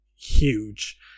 huge